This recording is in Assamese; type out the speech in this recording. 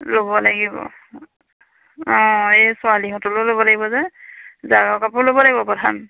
ল'ব লাগিব অঁ এই ছোৱালীহঁতলেও ল'ব লাগিব যে জাৰৰ কাপোৰ ল'ব লাগিব প্ৰধান